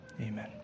Amen